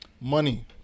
money